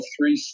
three